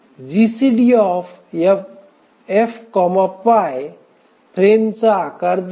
GCDFpiफ्रेमचा आकार देते